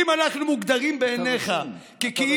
אם אנחנו מוגדרים בעיניך ככאלו,